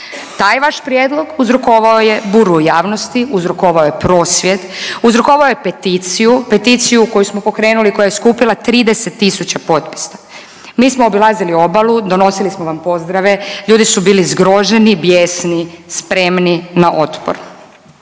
Taj vaš prijedlog uzrokovao je buru u javnosti, uzrokovao je prosvjed, uzrokovao je peticiju, peticiju koju smo pokrenuli koja je skupila 30000 potpisa. Mi smo obilazili obalu, donosili smo vam pozdrave, ljudi su bili zgroženi, bijesni, spremni na otpor.